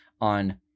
on